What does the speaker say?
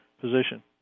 position